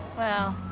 well,